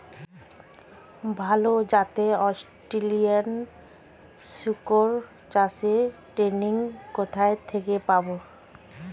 ভালো জাতে অস্ট্রেলিয়ান শুকর চাষের ট্রেনিং কোথা থেকে পাব?